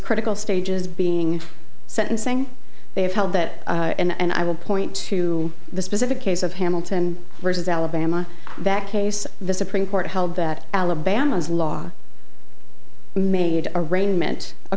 critical stages being sentencing they have held that and i will point to the specific case of hamilton versus alabama that case the supreme court held that alabama's law made arraignment a